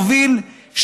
מוביל,